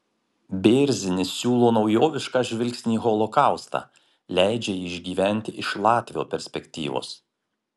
bėrzinis siūlo naujovišką žvilgsnį į holokaustą leidžia jį išgyventi iš latvio perspektyvos